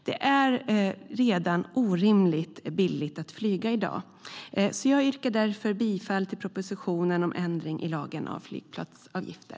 Det är redan orimligt billigt att flyga. Jag yrkar därför bifall till propositionen om ändring i lagen om flygplatsavgifter.